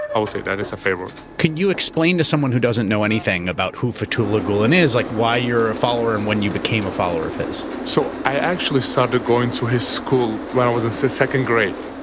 i will say that it's a fair way. can you explain to someone who doesn't know anything about who fethullah gulen is? like why you're a follower and when you became a follower of his? so i actually started going to his school when i was in so second grade.